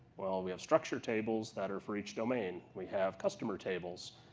well, we have structure tables that are for each domain. we have customer tables.